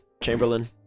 Chamberlain